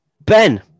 Ben